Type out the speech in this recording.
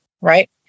right